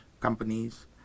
companies